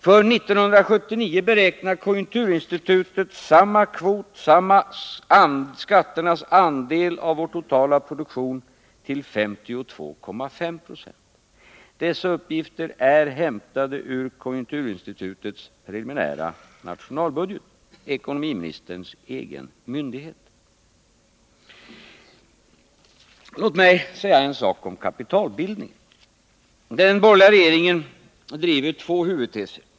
För 1979 beräknar konjunkturinstitutet samma kvot, samma skatternas andel av vår totala produktion, till 52,5 20. Dessa uppgifter är hämtade ur konjunkturinstitutets preliminära nationalbudget, ekonomiministerns egen myndighet. Låt mig säga en sak om kapitalbildningen. Den borgerliga regeringen driver två huvudteser.